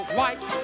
White